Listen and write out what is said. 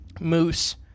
moose